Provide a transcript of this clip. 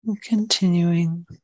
Continuing